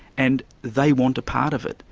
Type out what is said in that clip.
and they want a part of it.